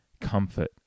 comfort